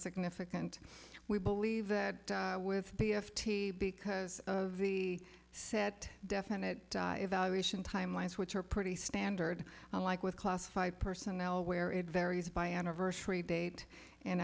significant we believe that with the f t because of the set definite evaluation timelines which are pretty standard like with classify personnel where it varies by anniversary date and